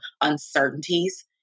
uncertainties